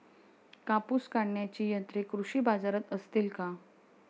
कापूस काढण्याची यंत्रे कृषी बाजारात असतील का?